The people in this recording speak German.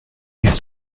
dies